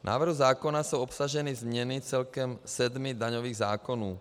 V návrhu zákona jsou obsaženy změny celkem sedmi daňových zákonů.